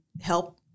help